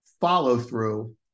follow-through